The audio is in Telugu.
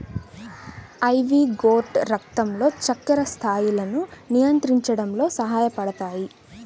ఐవీ గోర్డ్ రక్తంలో చక్కెర స్థాయిలను నియంత్రించడంలో సహాయపడతాయి